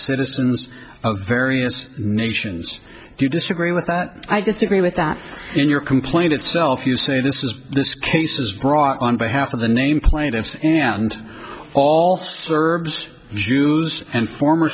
citizens of various nations do you disagree with that i disagree with that in your complaint itself you say this is this case is brought on behalf of the name plaintiffs and all serbs jews and former